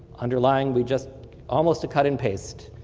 underlying we just almost a cut and paste,